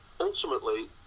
ultimately